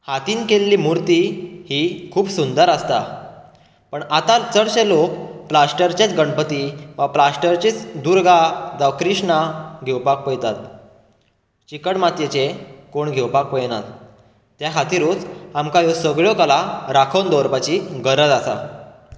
हातीन केल्ली मुर्ती ही खूब सुंदर आसता पण आता चडशे लोक प्लास्टरचे गणपती प्लास्टरचे दुर्गा वा कृष्णा घेवपाक पयतात चिकट मातयेचे कोण घेवपाक पळयनात त्या खातीरूत आमकां ह्यो सगळ्यो कला राखून दवरपाची गरज आसा